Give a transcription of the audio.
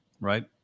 right